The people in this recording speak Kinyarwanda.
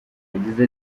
yagize